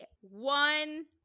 one